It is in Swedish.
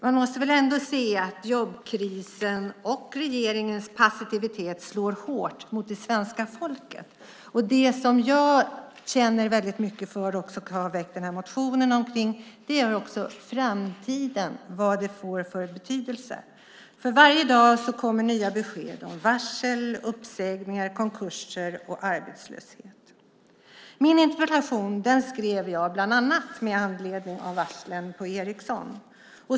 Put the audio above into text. Man måste väl ändå se att jobbkrisen och regeringens passivitet slår hårt mot det svenska folket. Det som jag känner väldigt mycket för, och har ställt interpellationen om, är framtiden och vad detta får för betydelse. För varje dag kommer nya besked om varsel, uppsägningar, konkurser och arbetslöshet. Jag skrev min interpellation bland annat med anledning av varslen på Ericsson.